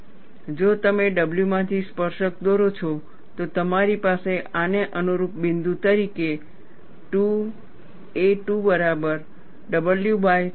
અને જો તમે W માંથી સ્પર્શક દોરો છો તો તમારી પાસે આને અનુરૂપ બિંદુ તરીકે 2a2 બરાબર W બાય 3 છે